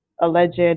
alleged